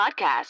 podcast